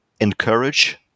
encourage